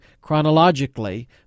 chronologically